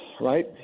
right